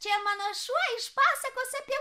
čia mano šuo iš pasakos apie